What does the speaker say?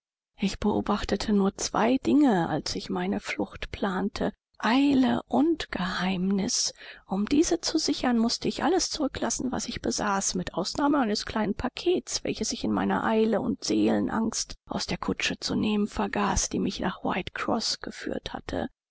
ich beobachtete nur zwei dinge als ich meine flucht plante eile und geheimnis um diese zu sichern mußte ich alles zurücklassen was ich besaß mit ausnahme eines kleinen pakets welches ich in meiner eile und seelenangst aus der kutsche zu nehmen vergaß die mich nach whitecroß geführt hatte